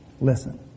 Listen